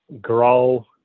grow